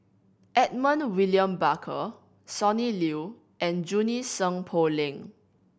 Edmund William Barker Sonny Liew and Junie Sng Poh Leng